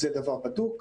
וזה דבר בדוק.